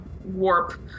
warp